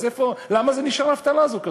אז למה נשארה כזאת אבטלה?